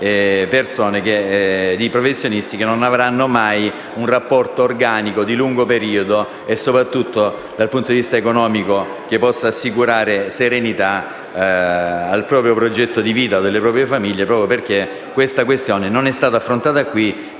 insomma di professionisti che non avranno mai un rapporto organico di lungo periodo e, soprattutto dal punto di vista economico, che possa assicurare serenità al proprio progetto di vita o delle proprie famiglie, proprio perché tale questione non è stata affrontata qui.